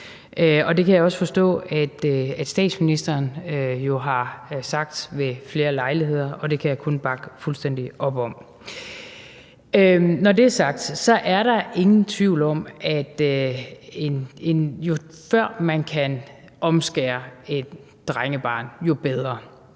Det kan jeg også forstå at statsministeren har sagt ved flere lejligheder, og det kan jeg kun bakke fuldstændig op om. Når det er sagt, er der ingen tvivl om, at jo før man kan omskære et drengebarn, jo bedre.